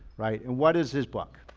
right? and what is his book?